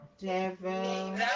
Devil